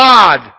God